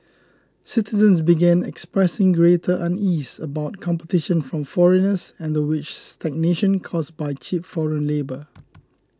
citizens began expressing greater unease about competition from foreigners and the wage stagnation caused by cheap foreign labour